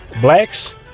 Blacks